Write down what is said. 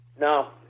No